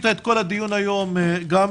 לוות את כל הדיון היום, גם